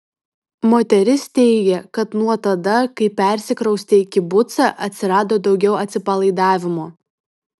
moteris teigė kad nuo tada kai persikraustė į kibucą atsirado daugiau atsipalaidavimo